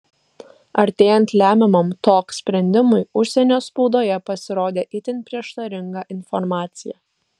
artėjant lemiamam tok sprendimui užsienio spaudoje pasirodė itin prieštaringa informacija